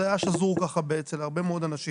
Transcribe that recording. זה היה שזור אצל הרבה מאוד אנשים.